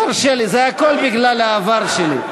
תרשה לי, זה הכול בגלל העבר שלי.